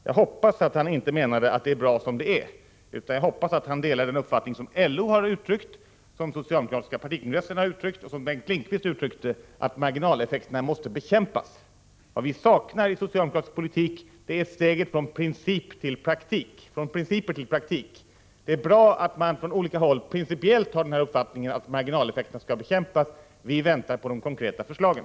Jag hoppas att han inte menade att det är bra som det är, utan jag hoppas att han delar den uppfattning som LO, den socialdemokratiska partikongressen och Bengt Lindqvist har uttryckt, nämligen att marginaleffekterna måste bekämpas. Vad vi saknar i den socialdemokratiska politiken är steget från principerna till praktiken. Det är bra att man från olika håll principiellt har uppfattningen att marginaleffekterna skall bekämpas. Men vi väntar på de konkreta förslagen.